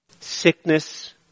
Sickness